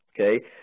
okay